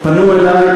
פנו אלי,